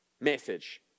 message